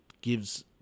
gives